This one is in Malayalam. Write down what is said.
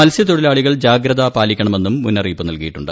മൽസ്യതൊഴിലാളികൾ ജാഗ്രത പാലിക്കണമെന്നും മുന്നറിയിപ്പ് നൽകിയിട്ടുണ്ട്